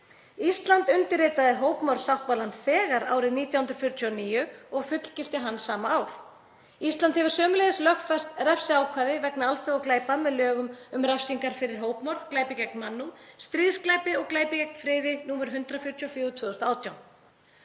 Ísland undirritaði hópmorðssáttmálannn þegar árið 1949 og fullgilti hann sama ár. Ísland hefur sömuleiðis lögfest refsiákvæði vegna alþjóðaglæpa með lögum um refsingar fyrir hópmorð, glæpi gegn mannúð, stríðsglæpi og glæpi gegn friði, nr. 144/2018.